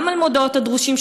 גם על מודעות הדרושים,